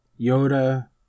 Yoda